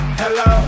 hello